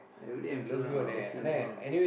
everyday I'm still ah working out